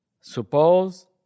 suppose